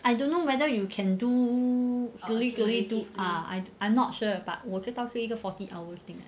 I don't know whether you can do slowly slowly do ah I I'm not sure but 我知道是一个 forty hours thing